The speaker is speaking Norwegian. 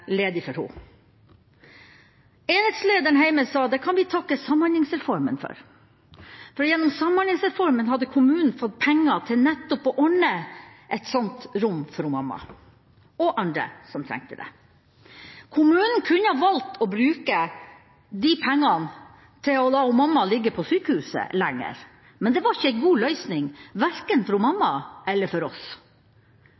Enhetslederen hjemme sa at det kan vi takke Samhandlingsreformen for, for gjennom Samhandlingsreformen hadde kommunen fått penger til nettopp å ordne et sånt rom for mamma – og for andre som trengte det. Kommunen kunne valgt å bruke de pengene til å la mamma ligge på sykehuset lenger, men det var ikke ei god løsning verken for mamma eller for oss.